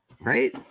Right